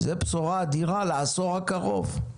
זו בשורה אדירה לעשור הקרוב.